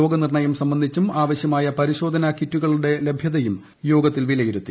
രോഗനിർണയം സംബന്ധിച്ചും ആവശ്യമായ പരിശോധനാ കിറ്റുകളുടെ ലഭ്യതയും യോഗത്തിൽ വിലയിരുത്തി